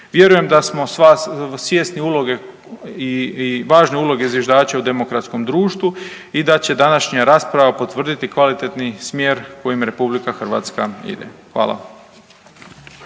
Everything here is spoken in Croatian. Vjerujem da smo svjesni uloge i važne uloge zviždača u demokratskom društvu i da će današnja rasprava potvrditi kvalitetni smjer kojim Republika Hrvatska ide. Hvala.